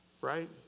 right